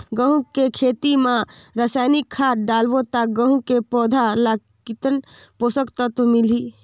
गंहू के खेती मां रसायनिक खाद डालबो ता गंहू के पौधा ला कितन पोषक तत्व मिलही?